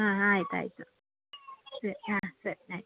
ಹಾಂ ಆಯ್ತು ಆಯಿತು ಸರಿ ಹಾಂ ಸರಿ ಆಯಿತು